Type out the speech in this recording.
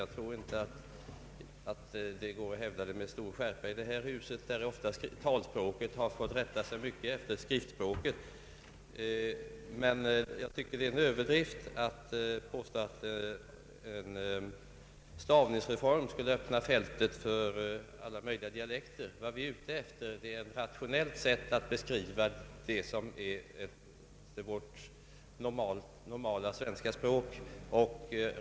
Jag tror inte man kan hävda det med någon större skärpa i detta hus där ofta talspråket har fått rätta sig efter skriftspråket i mycket stor utsträckning. Det är en Överdrift att påstå att en stavningsreform skulle öppna fältet för alla möjliga dialekter. Vad vi är ute efter är ett rationellt sätt att beskriva vad som skall vara vårt normala svenska språk.